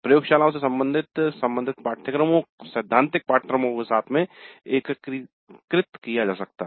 प्रयोगशालाओं को संबंधित सैद्धांतिक पाठ्यक्रमों के साथ में एकीकृत किया जा सकता है